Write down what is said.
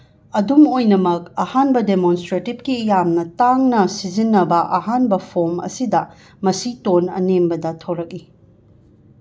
ꯑꯗꯨꯝ ꯑꯣꯏꯅꯃꯛ ꯑꯍꯥꯟꯕ ꯗꯦꯃꯣꯟꯁꯇ꯭ꯔꯦꯇꯤꯞꯀꯤ ꯌꯥꯝꯅ ꯇꯥꯡꯅ ꯁꯤꯖꯤꯟꯅꯕ ꯑꯍꯥꯟꯕ ꯐꯣꯝ ꯑꯁꯤꯗ ꯃꯁꯤ ꯇꯣꯟ ꯑꯅꯦꯝꯕꯗ ꯊꯣꯔꯛꯏ